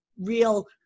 real